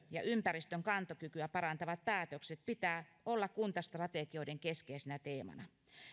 ja ympäristön kantokykyä parantavien päätösten pitää olla kuntastrategioiden keskeisenä teemana